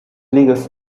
leagues